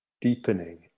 deepening